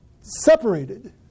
separated